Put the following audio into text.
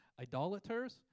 idolaters